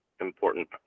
important